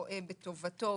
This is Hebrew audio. רואה בטובתו,